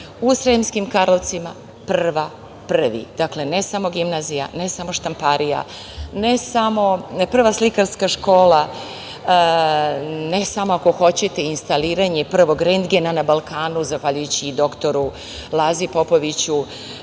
Sremskim Karlovcima prva, prvi. Dakle, ne samo gimnazija, ne samo štamparija, ne samo prva slikarska škola, ne samo ako hoćete instaliranje prvog rendgena na Balkanu, zahvaljujući doktoru Lazi Popoviću,